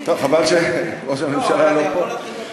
חבל שראש הממשלה לא פה לא,